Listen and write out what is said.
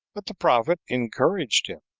but the prophet encouraged him,